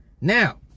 now